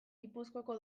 gipuzkoako